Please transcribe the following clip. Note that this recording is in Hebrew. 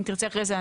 אם תרצי אחרי זה,